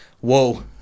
whoa